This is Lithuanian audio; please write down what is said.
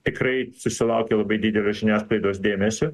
tikrai susilaukia labai didelio žiniasklaidos dėmesio